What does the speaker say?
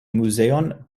muzeon